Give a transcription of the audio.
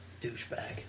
douchebag